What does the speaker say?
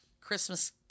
Christmas